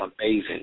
amazing